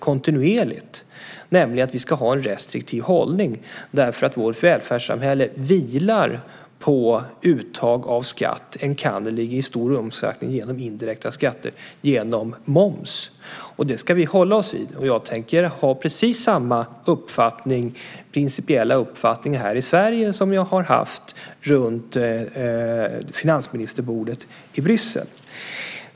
Positionen är att vi ska ha en restriktiv hållning därför att vårt välfärdssamhälle vilar på uttag av skatt, enkannerligen i stor utsträckning genom indirekta skatter genom moms. Det ska vi hålla oss till. Jag tänker ha precis samma principiella uppfattning här i Sverige som jag har haft vid finansministerbordet i Bryssel.